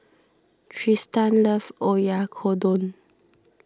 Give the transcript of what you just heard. Trystan loves Oyakodon